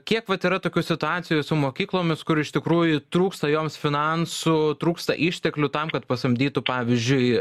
kiek vat yra tokių situacijų su mokyklomis kur iš tikrųjų trūksta joms finansų trūksta išteklių tam kad pasamdytų pavyzdžiui